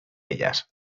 ellas